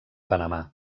panamà